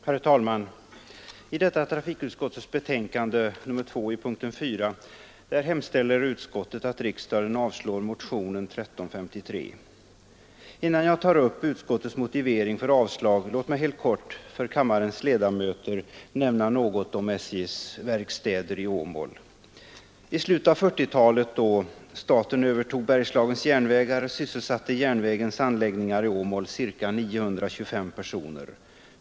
Herr talman! I detta trafikutskottets betänkande nr 2 i punkten 4 hemställer utskottet att riksdagen avslår motionen 1353. Innan jag tar upp utskottets motivering för avslag låt mig helt kort för kammarens ledamöter nämna något om SJ:s verkstäder i Åmål. I slutet av 1940-talet, då staten övertog Bergslagens järnvägar sysselsatte järnvägens anläggningar i Åmål ca 925 personer.